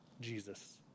Jesus